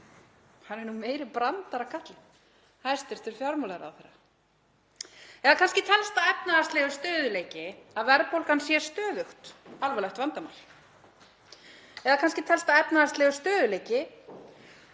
Hann er nú meiri brandarakarlinn, hæstv. fjármálaráðherra. Eða kannski telst það efnahagslegur stöðugleiki að verðbólgan sé stöðugt alvarlegt vandamál. Kannski telst það efnahagslegur stöðugleiki